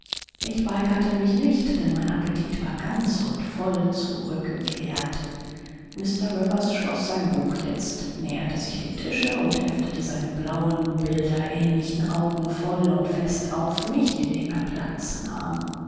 ich weigerte mich nicht denn mein appetit war ganz und voll zurückgekehrt mr rivers schloß sein buch jetzt näherte sich dem tische und heftete seine blauen bilder ähnlichen augen voll und fest auf mich indem er platz nahm